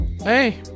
hey